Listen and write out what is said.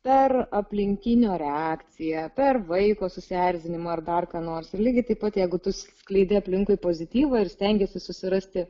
per aplinkinių reakciją per vaiko susierzinimą ar dar ką nors lygiai taip pat jeigu tu skleidi aplinkui pozityvą ir stengiesi susirasti